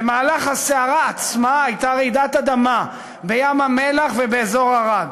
במהלך הסערה עצמה הייתה רעידת אדמה בים-המלח ובאזור ערד,